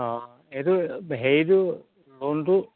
অ' এইটো হেৰিটো লোনটো